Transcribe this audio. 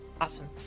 Awesome